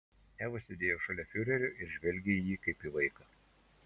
eva sėdėjo šalia fiurerio ir žvelgė į jį kaip į vaiką